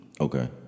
Okay